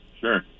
sure